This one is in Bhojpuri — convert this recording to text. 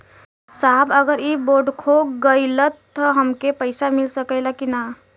साहब अगर इ बोडखो गईलतऽ हमके पैसा मिल सकेला की ना?